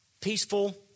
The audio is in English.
peaceful